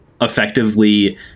Effectively